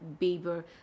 Bieber